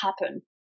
happen